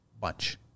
bunch